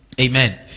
amen